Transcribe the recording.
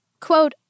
Quote